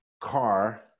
car